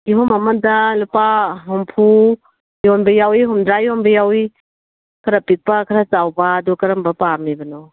ꯀꯤꯍꯣꯝ ꯑꯃꯗ ꯂꯨꯄꯥ ꯍꯨꯝꯐꯨ ꯌꯣꯟꯕ ꯌꯥꯎꯏ ꯍꯨꯝꯗ꯭ꯔꯥ ꯌꯣꯟꯕ ꯌꯥꯎꯏ ꯈꯔ ꯄꯤꯛꯄ ꯈꯔ ꯆꯥꯎꯕ ꯑꯗꯨ ꯀꯔꯝꯕ ꯄꯥꯝꯃꯤꯕꯅꯣ